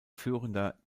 führender